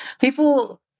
People